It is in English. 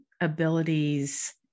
abilities